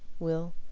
will,